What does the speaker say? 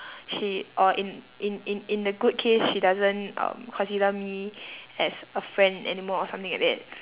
she or in in in in a good case she doesn't um consider me as a friend anymore or something like that